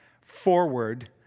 forward